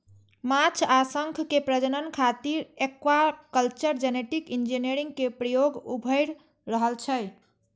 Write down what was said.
माछ आ शंख के प्रजनन खातिर एक्वाकल्चर जेनेटिक इंजीनियरिंग के प्रयोग उभरि रहल छै